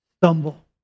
stumble